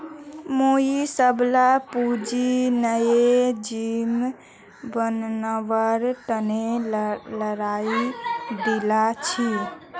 मुई सबला पूंजी नया जिम बनवार तने लगइ दील छि